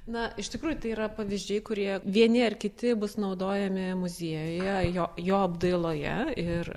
na iš tikrųjų tai yra pavyzdžiai kurie vieni ar kiti bus naudojami muziejuje jo jo apdailoje ir